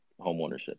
homeownership